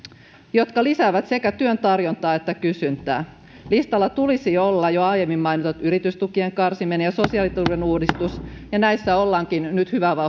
jotka lisäävät sekä työn tarjontaa että kysyntää listalla tulisi olla jo aiemmin mainitut yritystukien karsiminen ja sosiaaliturvauudistus ja näissä ollaankin nyt hyvää